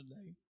today